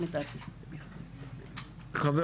חבר